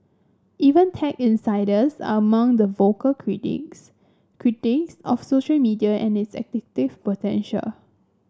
even tech insiders are among the vocal critics critics of social media and its addictive potential